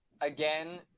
Again